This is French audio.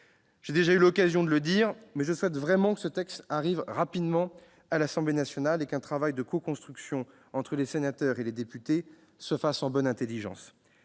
J'ai déjà eu l'occasion de le dire, je souhaite vraiment que ce texte soit rapidement examiné par l'Assemblée nationale et qu'un travail de co-construction entre les sénateurs et les députés soit conduit en bonne intelligence.